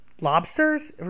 lobsters